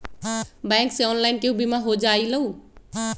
Bank से online केहु बिमा हो जाईलु?